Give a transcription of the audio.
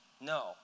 No